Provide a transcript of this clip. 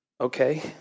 okay